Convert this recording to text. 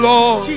Lord